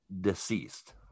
deceased